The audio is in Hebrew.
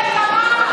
מדובר בנקמה.